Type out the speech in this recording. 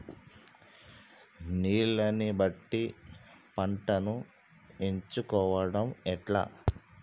నీళ్లని బట్టి పంటను ఎంచుకోవడం ఎట్లా?